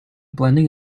blending